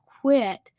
quit